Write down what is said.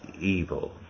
evil